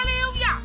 Hallelujah